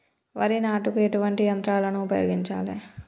వరి నాటుకు ఎటువంటి యంత్రాలను ఉపయోగించాలే?